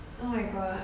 oh my god